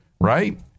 right